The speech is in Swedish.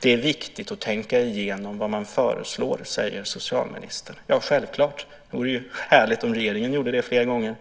Det är viktigt att tänka igenom vad man föreslår, säger socialministern. Självklart, det vore härligt om regeringen gjorde det flera gånger.